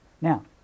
Now